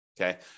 Okay